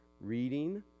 Reading